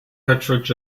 difference